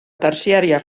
terciària